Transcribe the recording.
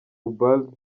ubald